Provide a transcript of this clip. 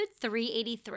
383